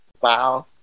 wow